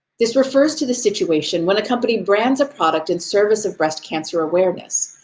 this refers to the situation when a company brands a product in service of breast cancer awareness,